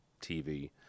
TV